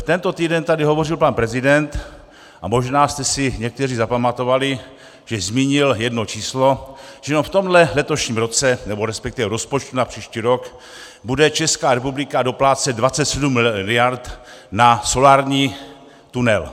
Tento týden tady hovořil pan prezident, a možná jste si někteří zapamatovali, že zmínil jedno číslo, že jenom v tomto letošním roce, nebo resp. v rozpočtu na příští rok bude Česká republika doplácet 27 miliard na solární tunel.